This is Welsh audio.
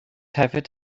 hefyd